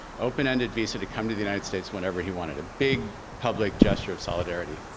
open-ended visa to come to the united states whenever he wanted, a big public gesture of solidarity.